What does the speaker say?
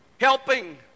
Helping